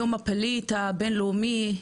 יום הפליט הבינלאומי,